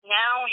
now